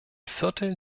viertel